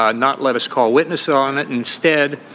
ah not let us call witness on it. instead,